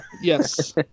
yes